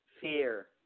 fear